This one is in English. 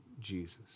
Jesus